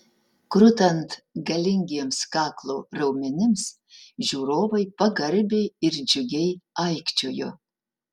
krutant galingiems kaklo raumenims žiūrovai pagarbiai ir džiugiai aikčiojo